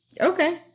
Okay